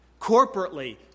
corporately